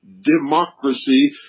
Democracy